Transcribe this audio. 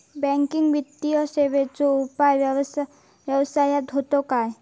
Banking वित्तीय सेवाचो उपयोग व्यवसायात होता काय?